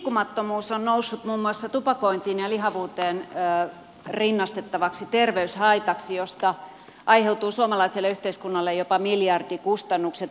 liikkumattomuus on noussut muun muassa tupakointiin ja lihavuuteen rinnastettavaksi terveyshaitaksi josta aiheutuu suomalaiselle yhteiskunnalle jopa miljardikustannukset vuositasolla